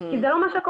כי זה לא מה שקורה.